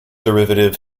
derivative